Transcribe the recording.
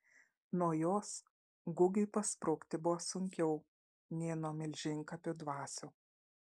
nuo jos gugiui pasprukti buvo sunkiau nei nuo milžinkapių dvasių